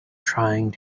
trying